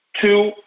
two